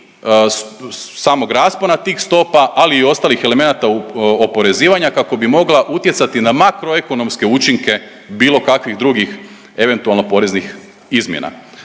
samog raspona tih stopa, ali i ostalih elemenata oporezivanja kako bi mogla utjecati na makroekonomske učinke bilo kakvih drugih eventualno poreznih izmjena.